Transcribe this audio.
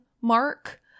mark